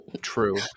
true